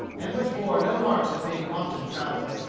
and which bore no marks of being often travelled.